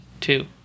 Two